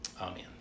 amen